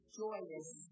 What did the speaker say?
joyous